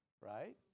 Right